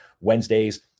wednesdays